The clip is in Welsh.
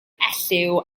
elliw